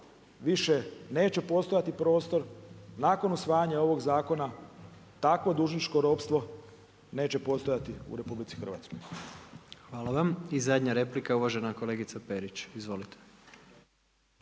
više neće postojati prostor nakon usvajanja ovog zakona, takvo dužničko ropstvo, neće postojati u RH. **Jandroković, Gordan (HDZ)** Hvala vam. I zadnja replika uvažena kolegica Perić. **Perić,